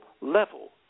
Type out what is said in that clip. level